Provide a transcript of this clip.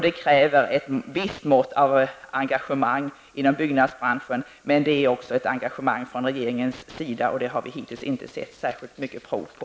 Detta kräver ett visst mått av engagemang från byggnadsbranschen och också från regeringens sida, men det har vi hittills inte sett särskilt mycket prov på.